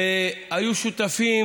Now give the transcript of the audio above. והיו שותפים